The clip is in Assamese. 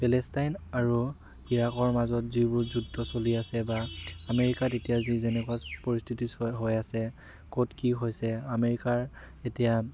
পেলেষ্টাইন আৰু ইৰাকৰ মাজত যিবোৰ যুদ্ধ চলি আছে বা আমেৰিকাত এতিয়া যি যেনেকুৱা পৰিস্থিতি চ হৈ আছে ক'ত কি হৈছে আমেৰিকাৰ এতিয়া